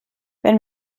wenn